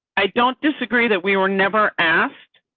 i don't disagree that we were never asked.